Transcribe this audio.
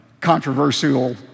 controversial